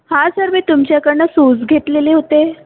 हां सर मी तुमच्याकडनं शूज घेतलेले होते